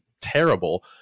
terrible